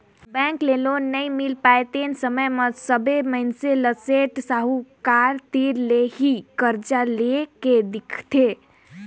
bank ले loan नइ मिल पाय तेन समे म सबे मइनसे ल सेठ साहूकार तीर ले ही करजा लेए के दिखथे